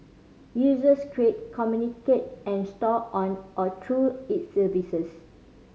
users create communicate and store on or through its services